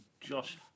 Josh